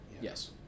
Yes